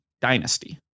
dynasty